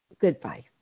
goodbye